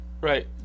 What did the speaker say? Right